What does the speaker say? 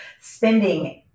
spending